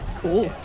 cool